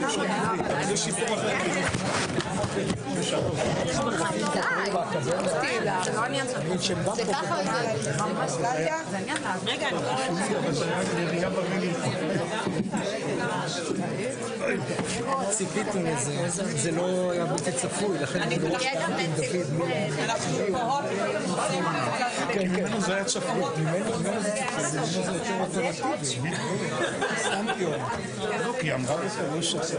14:25.